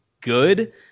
good –